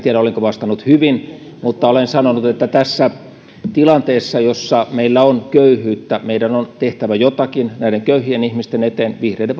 tiedä olenko vastannut hyvin mutta olen sanonut että tässä tilanteessa jossa meillä on köyhyyttä meidän on tehtävä jotakin näiden köyhien ihmisten eteen vihreiden